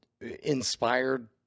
inspired